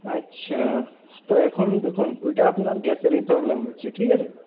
আচ্ছা তো এখন দেখুন ওইটা আপনার গ্যাসেরই প্রবলেম হচ্ছে ঠিক আছে